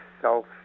self